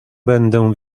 będę